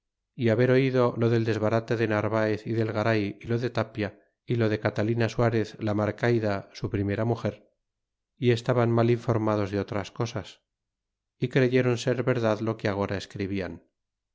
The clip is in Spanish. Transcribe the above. é haber oido lo del desbarate del narvaez y del garay y lo de tapia y lo de catalina snarez la marcaida su primera mager y estaban mal informados de otras cosas creyérou ser verdad lo que agora